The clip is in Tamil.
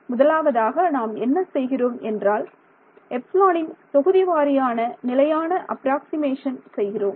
முதலாவதாக நாம் என்ன செய்கிறோம் என்றால் எப்ஸிலானின் தொகுதிவாரியான நிலையான அப்ராக்ஸிமேஷன் செய்கிறோம்